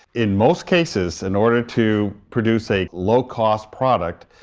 in most cases, in order to produce a low-cost product,